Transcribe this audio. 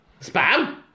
Spam